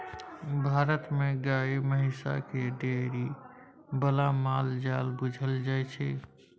भारत मे गाए महिष केँ डेयरी बला माल जाल बुझल जाइ छै